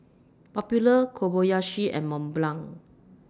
Popular Kobayashi and Mont Blanc